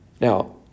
Now